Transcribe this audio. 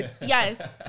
Yes